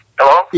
Hello